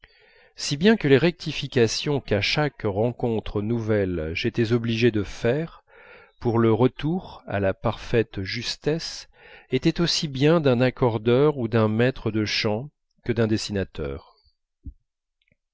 si bien que les rectifications qu'à chaque rencontre nouvelle j'étais obligé de faire pour le retour à la parfaite justesse étaient aussi bien d'un accordeur ou d'un maître de chant que d'un dessinateur